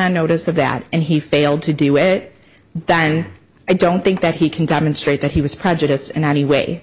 on notice of that and he failed to do that and i don't think that he can demonstrate that he was prejudiced and anyway